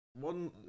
one